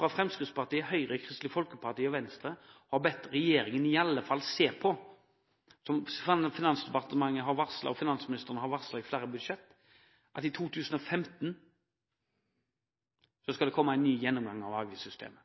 Fremskrittspartiet, Høyre, Kristelig Folkeparti og Venstre – har bedt regjeringen om i alle fall å se på det som Finansdepartementet og finansministeren har varslet i flere budsjetter, at det i 2015 skal komme en ny gjennomgang av avgiftssystemet.